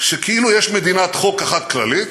שכאילו יש מדינת חוק אחת כללית,